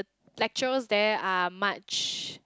lecturers there are much